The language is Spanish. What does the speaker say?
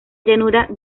llanura